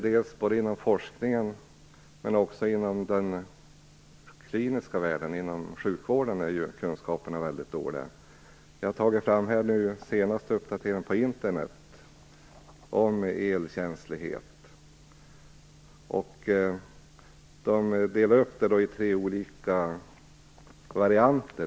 Det gäller forskningen men också den kliniska verksamheten. Inom sjukvården är kunskaperna väldigt dåliga. Jag har tagit fram den senaste uppdateringen på Internet vad gäller elkänslighet. Man delar upp det här i tre olika varianter.